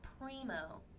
primo